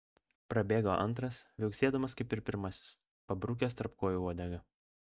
prabėgo antras viauksėdamas kaip ir pirmasis pabrukęs tarp kojų uodegą